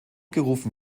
gerufen